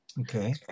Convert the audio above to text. Okay